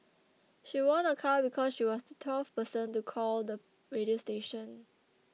she won a car because she was the twelfth person to call the radio station